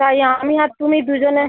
তাই আমি আর তুমি দুজনে